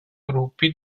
gruppi